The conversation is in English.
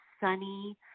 sunny